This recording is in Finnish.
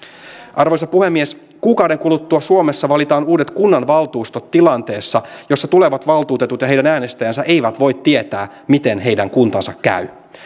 arvoisa puhemies kuukauden kuluttua suomessa valitaan uudet kunnanvaltuustot tilanteessa jossa tulevat valtuutetut ja heidän äänestäjänsä eivät voi tietää miten heidän kuntansa käy